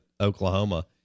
Oklahoma